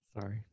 Sorry